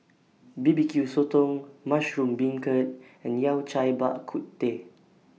B B Q Sotong Mushroom Beancurd and Yao Cai Bak Kut Teh